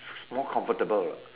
more comfortable lah